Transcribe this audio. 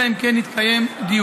אלא אם כן יתקיים דיון.